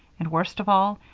and worst of all,